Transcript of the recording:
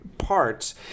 parts